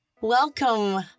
Welcome